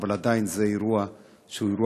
אבל עדיין זה אירוע מכונן.